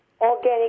Organic